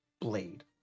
blade